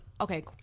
Okay